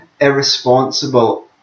irresponsible